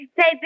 Say